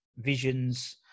visions